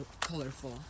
colorful